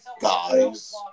guys